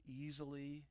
easily